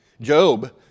Job